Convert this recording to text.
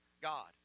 God